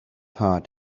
hot